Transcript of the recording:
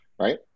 right